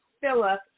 Philip